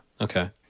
Okay